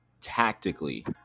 tactically